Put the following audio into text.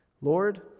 Lord